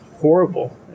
horrible